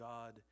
God